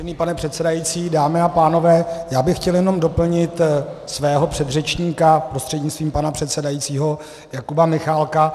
Vážený pane předsedající, dámy a pánové, já bych chtěl jenom doplnit svého předřečníka prostřednictvím pana předsedajícího, Jakuba Michálka.